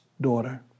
daughter